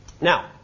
Now